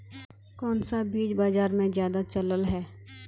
कोन सा बीज बाजार में ज्यादा चलल है?